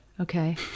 Okay